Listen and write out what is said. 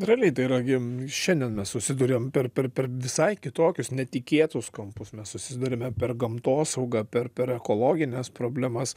realiai tai yra gi šiandien mes susiduriam per per per visai kitokius netikėtus kampus mes susiduriame per gamtosaugą per per ekologines problemas